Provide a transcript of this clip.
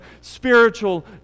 spiritual